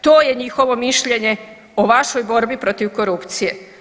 To je njihovo mišljenje o vašoj borbi protiv korupcije.